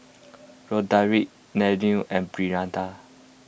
Rodrick Danniel and Brianda